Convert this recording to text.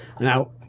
now